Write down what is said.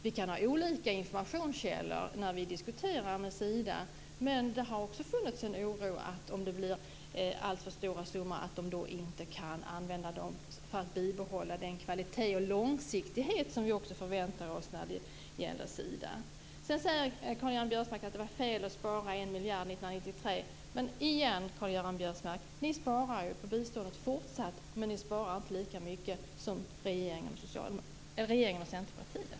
Vi kan ha olika informationskällor när vi diskuterar med Sida, men det har också funnits en oro för att Sida om det blir alltför stora summor inte kan bibehålla den kvalitet och långsiktighet som vi förväntar oss av Sedan säger Karl-Göran Biörsmark att det var fel att spara 1 miljard 1993. Men återigen, Karl-Göran Biörsmark: Ni fortsätter ju att spara på biståndet, men ni sparar inte lika mycket som regeringen och Centerpartiet.